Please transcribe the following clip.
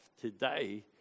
today